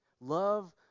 love